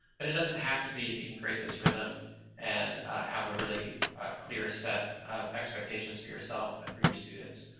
but it doesn't have to be if you can create this rhythm and have a really clear set expectations for yourself and for your students.